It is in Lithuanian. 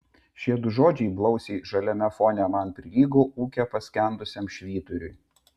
šie du žodžiai blausiai žaliame fone man prilygo ūke paskendusiam švyturiui